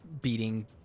beating